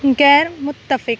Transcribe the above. غیر متفق